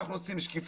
אנחנו רוצים שקיפות,